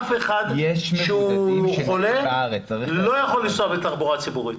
אף חולה לא יכול לנסוע בתחבורה הציבורית.